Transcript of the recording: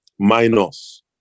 minus